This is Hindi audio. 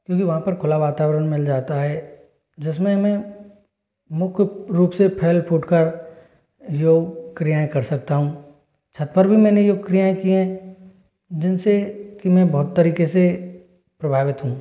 क्योंकि वहाँ पर खुला वातावरण मिल जाता है जिसमें मैं मुख्य रूप से फैल फुटकर योग क्रियाएं कर सकता हूँ छत पर भी मैं योग क्रियाएं की हैं जिनसे कि मैं बहुत तरीके से प्रभावित हूँ